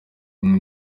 kunywa